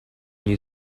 you